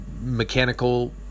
mechanical